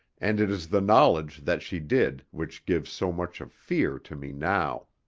and it is the knowledge that she did which gives so much of fear to me now.